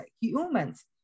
humans